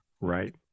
Right